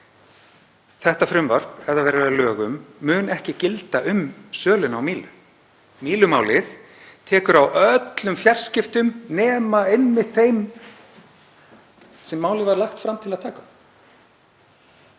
Þetta frumvarp, ef það verður að lögum, mun ekki gilda um söluna á Mílu. Mílumálið tekur á öllum fjarskiptum nema einmitt þeim sem málið var lagt fram til að taka